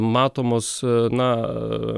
matomos na